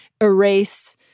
erase